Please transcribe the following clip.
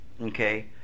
Okay